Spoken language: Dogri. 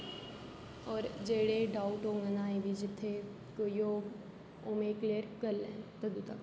और जेहडे डाउट होङन जित्थै कोई होग ओह् में क्लेयर करी लेङ तदूं तक